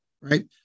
right